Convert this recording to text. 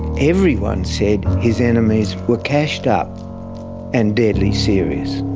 everyone said his enemies were cashed up and deadly serious.